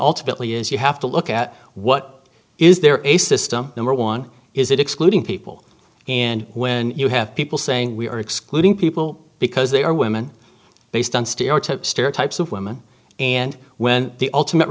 billy is you have to look at what is there a system number one is it excluding people and when you have people saying we are excluding people because they are women based on stereotypes stereotypes of women and when the ultimate